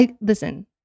Listen